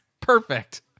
perfect